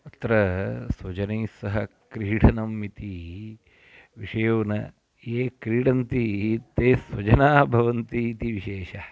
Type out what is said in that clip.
अत्र स्वजनैस्सह क्रीडनम् इति विषयो न ये क्रीडन्ति ते स्वजनाः भवन्ति इति विशेषः